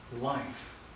life